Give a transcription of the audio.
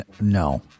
no